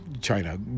China